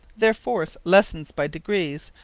their force lessens by degrees,